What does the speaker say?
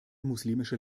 muslimische